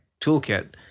toolkit